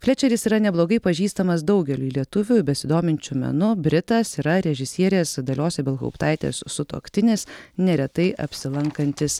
flečeris yra neblogai pažįstamas daugeliui lietuvių besidominčių menu britas yra režisierės dalios ibelhauptaitės sutuoktinis neretai apsilankantis